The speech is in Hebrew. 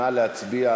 נא להצביע.